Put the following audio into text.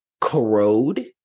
corrode